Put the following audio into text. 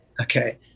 Okay